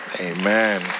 Amen